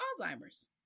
Alzheimer's